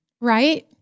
right